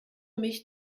mich